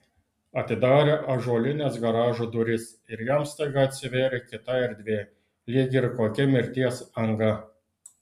atidarė ąžuolines garažo duris ir jam staiga atsivėrė kita erdvė lyg ir kokia mirties anga